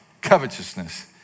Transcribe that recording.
covetousness